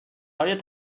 های